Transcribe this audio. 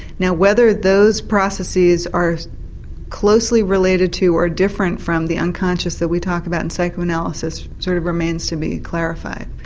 now whether those processes are closely related to or different from the unconscious that we talk about in psychoanalysis sort of remains to be clarified.